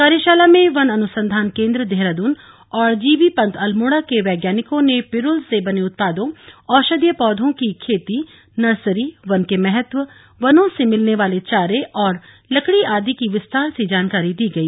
कार्यशाला में वन अनुसंधान केंद्र देहरादून और जीबी पंत अल्मोड़ा के वैज्ञानिकों ने पिरुल से बने उत्पादों औषधीय पौधों की खेती नर्सरी वन के महत्व वनों से मिलने वाले चारे और लकड़ी आदि की विस्तार से जानकारी दी गई